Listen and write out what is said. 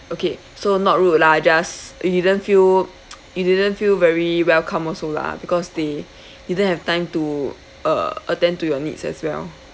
okay so not rude lah just didn't feel you didn't feel very welcome also lah because they didn't have time to uh attend to your needs as well